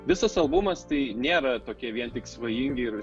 visas albumas tai nėra tokie vien tik svajingi ir